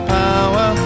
power